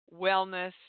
wellness